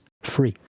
Free